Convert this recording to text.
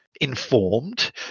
informed